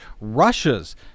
Russia's